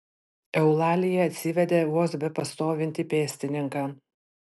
eulalija atsivedė vos bepastovintį pėstininką